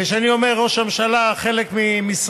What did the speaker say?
וכשאני אומר ראש הממשלה, חלק ממשרדו,